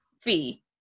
fee